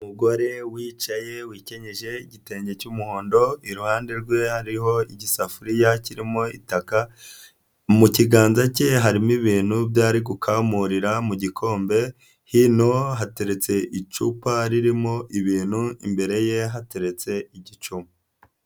Umugore wicaye wikenyeje igitenge cy'umuhondo, iruhande rwe hariho igisafuriya kirimo itaka, mu kiganza cye harimo ibintu byo ari gukamurira mu gikombe, hino hateretse icupa ririmo ibintu imbere ye hateretse igicuma.